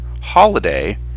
holiday